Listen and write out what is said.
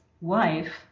wife